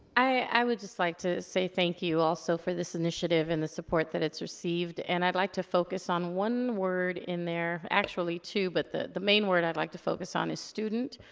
i would just like to say thank you, also, for this initiative and the support that it's received, and i'd like to focus on one word in there, actually, two, but the the main word i'd like to focus on is student.